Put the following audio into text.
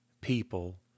people